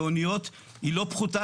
מאוניות - היא לא פחותה,